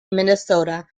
minnesota